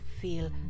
feel